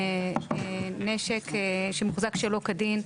נשק שמוחזק שלא כדין,